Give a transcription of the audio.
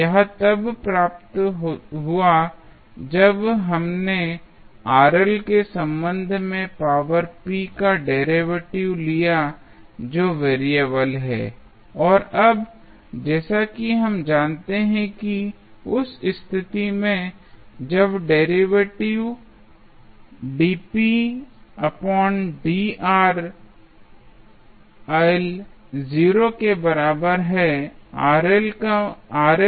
यह तब प्राप्त हुआ जब हमने के संबंध में पावर p का डेरिवेटिव लिया जो वेरिएबल है और अब जैसा कि हम जानते हैं कि उस स्थिति में जब डेरिवेटिव 0 के बराबर है